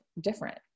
different